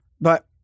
but-